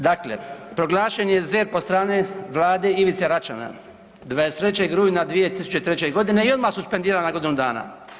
Dakle, proglašen je ZERP od strane Vlade Ivice Račana 23. rujna 2003. godine i odmah suspendiran na godinu dana.